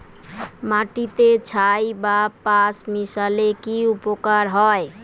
মাটিতে ছাই বা পাঁশ মিশালে কি উপকার হয়?